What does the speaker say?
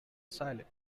silent